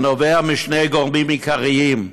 הנובע משני גורמים עיקריים: